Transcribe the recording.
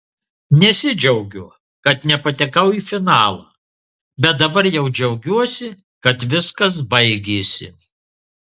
nesidžiaugiu kad nepatekau į finalą bet dabar jau džiaugiuosi kad viskas baigėsi